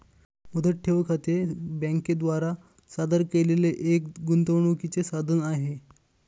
मुदत ठेव खाते बँके द्वारा सादर केलेले एक गुंतवणूकीचे साधन आहे